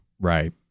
right